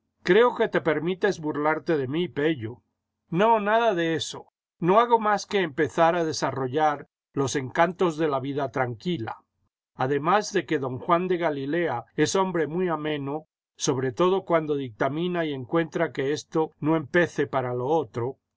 creo que te permites burlarte de mí pello no nada de eso no hago más que empezar a desarrollar los encantos de la vida tranquila además de que don juan de galilea es hombre mu ameno sobre todo cuando dictamina y encuentra que esto no empece para lo otro